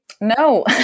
No